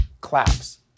claps